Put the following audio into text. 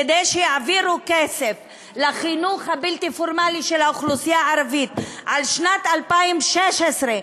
כדי שיעבירו כסף לחינוך הבלתי-פורמלי של האוכלוסייה הערבית לשנת 2016,